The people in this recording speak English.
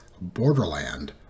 borderland